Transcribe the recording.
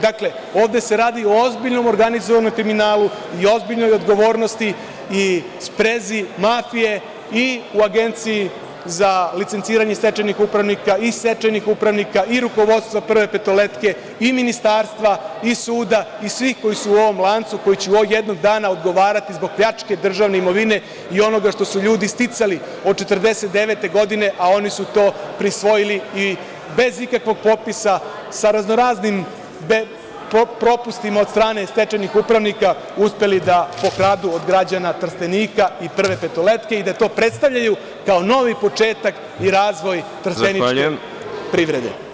Dakle, ovde se radi o ozbiljnom organizovanom kriminalu i ozbiljnoj odgovornosti i sprezi mafije i u Agenciji za licenciranje stečajnih upravnika i stečajnih upravnika i rukovodstva „Prve petoletke“ i ministarstva i suda i svih koji su u ovom lancu, koji će jednog dana odgovarati zbog pljačke državne imovine i onoga što su ljudi sticali od 1949. godine, a oni su to prisvojili i bez ikakvog potpisa, sa raznoraznim propustima od strane stečajnih upravnika uspeli da pokradu od građana Trstenika i „Prve petoletke“ i da to predstavljaju kao novi početak i razvoj trsteničke privrede.